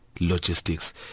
logistics